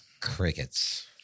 Crickets